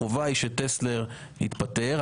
החובה היא שטסלר יתפטר.